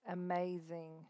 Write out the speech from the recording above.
Amazing